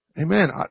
Amen